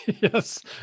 Yes